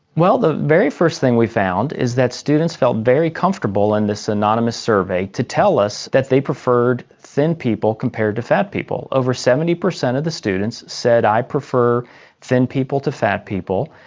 well, the very first thing we found is that students felt very comfortable in this anonymous survey to tell us that they preferred thin people compared to fat people. over seventy percent of the students said, i prefer thin people to fat people.